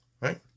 Right